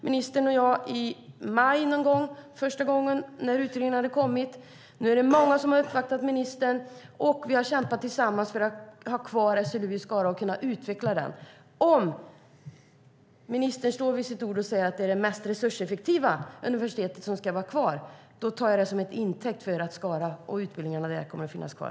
Ministern och jag hade en första interpellationsdebatt i maj när utredningen hade kommit. Nu har många uppvaktat ministern. Vi har kämpat tillsammans för att få ha kvar SLU i Skara och kunna utveckla det. Om ministern står fast vid att det är det mest resurseffektiva universitetet som ska få vara kvar tar jag det som intäkt för att utbildningarna kommer att finnas kvar.